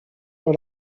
dans